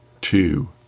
Two